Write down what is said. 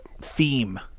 theme